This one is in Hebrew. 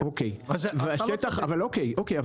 אוקיי,